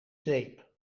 zeep